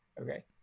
okay